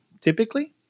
typically